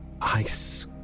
Ice